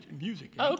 Music